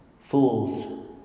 fools